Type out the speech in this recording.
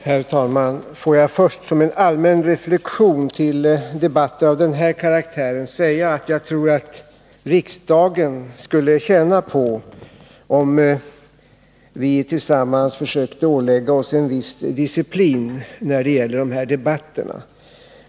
Herr talman! Får jag först som en allmän reflexion över debatter av denna karaktär säga att jag tror att riksdagen skulle tjäna på om vi tillsammans försökte ålägga oss en viss disciplin när det gäller dessa debatter.